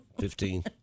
Fifteen